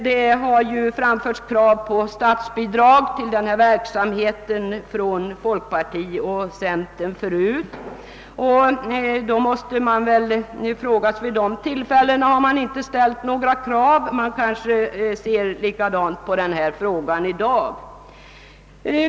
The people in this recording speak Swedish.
Det har tidigare framförts krav på statsbidrag till denna verksamhet från folkpartiet och centerpartiet, och vid dessa tillfällen har inte några kvalitetskrav uppställts. Kanske ser man likadant på denna fråga i dag.